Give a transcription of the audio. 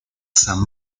san